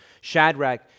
Shadrach